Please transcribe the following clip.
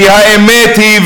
כי האמת היא,